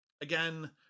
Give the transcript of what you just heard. Again